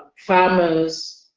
farmers,